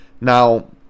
Now